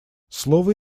слово